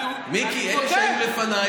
אני בדיוק אומר,